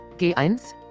G1